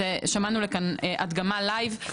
שמענו הדגמה חיה.